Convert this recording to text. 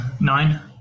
Nine